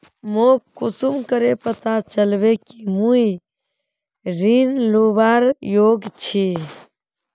मोक कुंसम करे पता चलबे कि मुई ऋण लुबार योग्य छी?